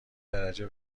درجه